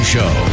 Show